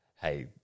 hey